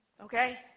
Okay